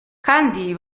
kandi